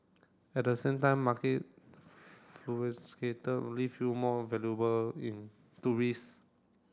at the same time market leave you more valuable in to risk